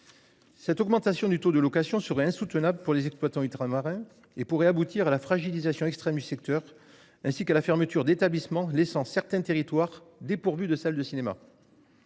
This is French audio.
Cette augmentation du taux de location serait insoutenable pour les exploitants ultramarins et pourrait aboutir à la fragilisation extrême du secteur ainsi que la fermeture d'établissements laissant certains territoires dépourvus de salles de cinéma.